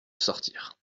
sortir